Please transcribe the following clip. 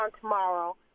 tomorrow